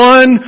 One